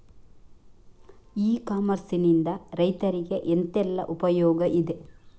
E commerce ನಿಂದ ರೈತರಿಗೆ ಎಂತೆಲ್ಲ ಉಪಯೋಗ ಇದೆ?